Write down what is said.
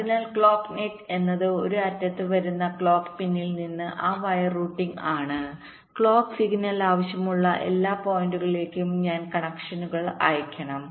അതിനാൽ clock net എന്നത് ഒരു അറ്റത്ത് വരുന്ന ക്ലോക്ക് പിൻയിൽ നിന്ന് ആ വയർ റൂട്ടിംഗ് ആണ് ക്ലോക്ക് സിഗ്നൽ ആവശ്യമുള്ള എല്ലാ പോയിന്റുകളിലേക്കും ഞാൻ കണക്ഷനുകൾ അയയ്ക്കണം